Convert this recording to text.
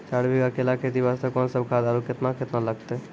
चार बीघा केला खेती वास्ते कोंन सब खाद आरु केतना केतना लगतै?